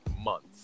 months